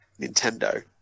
Nintendo